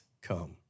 come